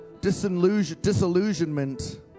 disillusionment